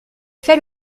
fait